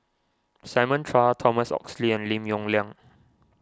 Simon Chua Thomas Oxley and Lim Yong Liang